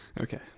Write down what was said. okay